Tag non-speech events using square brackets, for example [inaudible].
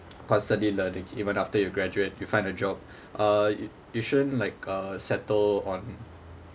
[noise] constantly learning even after you graduate you find a job [breath] uh yo~ you shouldn't like uh settle on